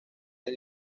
del